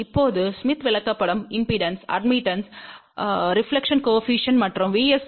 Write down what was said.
இப்போது ஸ்மித் விளக்கப்படம் impedance admittance reflection coefficient மற்றும் VSWR